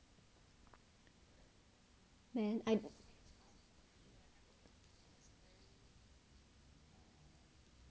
then I